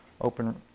open